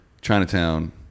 Chinatown